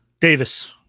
Davis